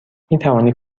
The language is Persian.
میتوانی